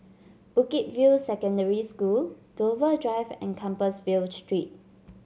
Bukit View Secondary School Dover Drive and Compassvale Street